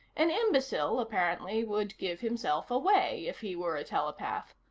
an imbecile, apparently, would give himself away if he were a telepath.